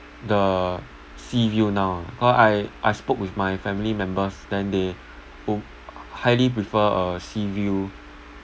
the sea view now ah cause I I spoke with my family members then they hope highly prefer uh sea view